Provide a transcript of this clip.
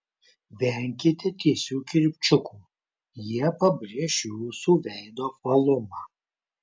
venkite tiesių kirpčiukų jie pabrėš jūsų veido apvalumą